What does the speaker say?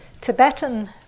Tibetan